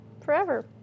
forever